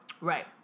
Right